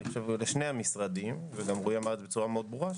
ואני חושב שלשני המשרדים ורועי גם אמר את זה בצורה מאוד ברורה,